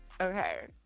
Okay